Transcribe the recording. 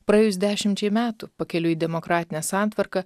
praėjus dešimčiai metų pakeliui į demokratinę santvarką